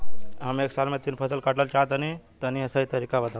हम एक साल में तीन फसल काटल चाहत हइं तनि सही तरीका बतावा?